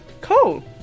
cool